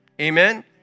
Amen